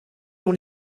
dans